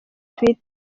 twitter